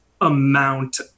amount